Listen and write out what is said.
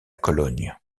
cologne